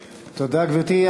תודה, גברתי.